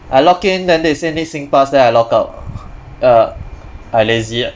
I logged in then they say need singpass then I logged out ya I lazy ah